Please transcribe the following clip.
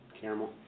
Caramel